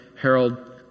Harold